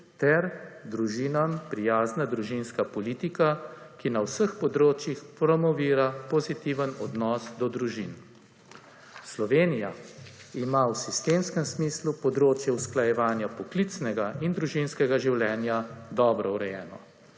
ter družinam prijazna družinska politika, ki na vseh področjih promovira pozitiven odnos do družin. Slovenija ima v sistemskem smislu področje usklajevanja poklicnega in družinskega življenja dobro urejeno.